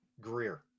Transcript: Greer